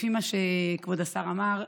לפי מה שכבוד השר אמר,